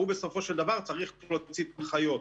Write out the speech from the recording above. הוא בסופו של דבר צריך להוציא הנחיות.